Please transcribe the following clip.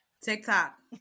TikTok